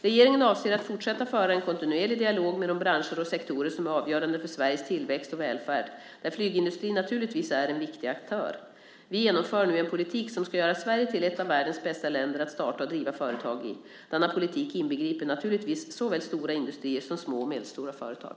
Regeringen avser att fortsätta föra en kontinuerlig dialog med de branscher och sektorer som är avgörande för Sveriges tillväxt och välfärd, där flygindustrin naturligtvis är en viktig aktör. Vi genomför nu en politik som ska göra Sverige till ett av världens bästa länder att starta och driva företag i. Denna politik inbegriper naturligtvis såväl stora industrier som små och medelstora företag.